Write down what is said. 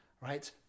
right